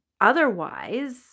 otherwise